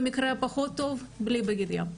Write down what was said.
במקרה הפחות טוב בלי בגד ים.